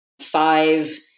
five